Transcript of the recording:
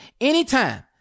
anytime